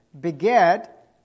Beget